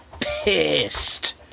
pissed